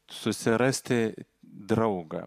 susirasti draugą